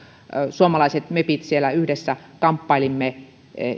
suomalaiset mepit siellä yhdessä kamppailimme